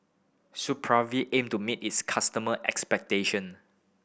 Supravit aim to meet its customer expectation